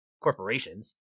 corporations